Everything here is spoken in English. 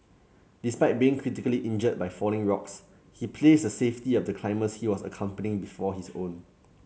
despite being critically injured by falling rocks he placed a safety of the climber he was accompanying before his own